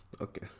Okay